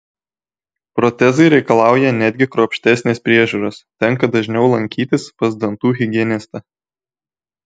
protezai reikalauja netgi kruopštesnės priežiūros tenka dažniau lankytis pas dantų higienistą